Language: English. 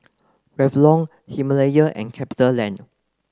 Revlon Himalaya and CapitaLand